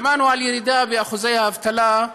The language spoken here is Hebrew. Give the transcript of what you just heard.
שמענו על ירידה באחוזי האבטלה,